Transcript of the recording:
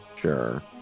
Sure